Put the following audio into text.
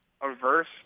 averse